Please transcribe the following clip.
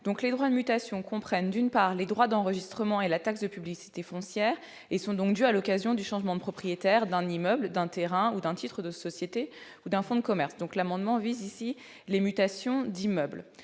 Les droits de mutation comprennent les droits d'enregistrement et la taxe de publicité foncière, et sont dus à l'occasion du changement de propriétaire d'un immeuble, d'un terrain, d'un titre de société ou d'un fonds de commerce. L'amendement vise les mutations d'immeuble.